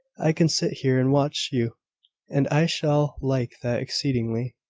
i can sit here and watch you and i shall like that exceedingly.